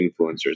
influencers